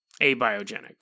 abiogenic